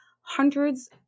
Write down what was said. hundreds